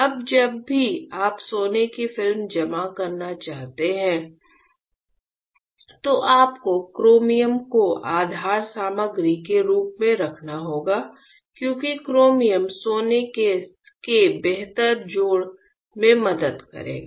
अब जब भी आप सोने की फिल्म जमा करना चाहते हैं तो आपको क्रोमियम को आधार सामग्री के रूप में रखना होगा क्योंकि क्रोमियम सोने के बेहतर जोड़ में मदद करेगा